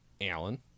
Alan